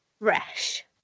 fresh